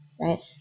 right